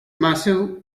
massive